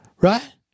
right